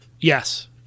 Yes